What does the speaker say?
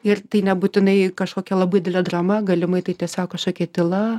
ir tai nebūtinai kažkokia labai didelė drama galimai tai tiesiog kažkokia tyla